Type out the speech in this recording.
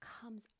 comes